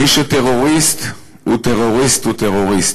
מי שטרוריסט הוא טרוריסט הוא טרוריסט,